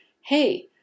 hey